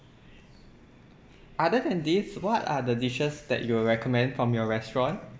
other than this what are the dishes that you will recommend from your restaurant